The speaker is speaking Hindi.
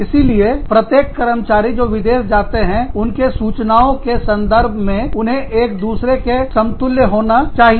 इसीलिए प्रत्येक कर्मचारी जो विदेश जाते हैं उनके सूचनाओं के संदर्भ में उन्हें एक दूसरे के समतुल्य होना चाहिए